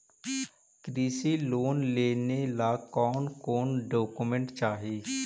कृषि लोन लेने ला कोन कोन डोकोमेंट चाही?